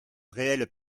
réelles